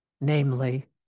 namely